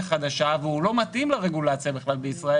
חדשה והוא לא מתאים לרגולציה בישראל בכלל.